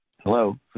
Hello